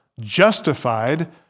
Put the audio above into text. justified